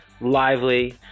Lively